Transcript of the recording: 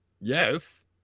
Yes